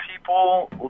people